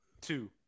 two